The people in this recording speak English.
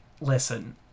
listen